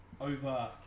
over